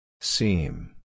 Seam